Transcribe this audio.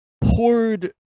poured